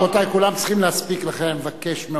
רבותי, כולם צריכים להספיק, ולכן אני מבקש.